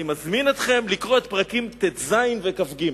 אני מזמין אתכם לקרוא את פרקים ט"ז וכ"ג.